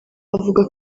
avuga